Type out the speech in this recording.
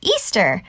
Easter